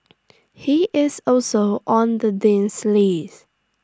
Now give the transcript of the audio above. he is also on the Dean's list